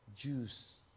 Jews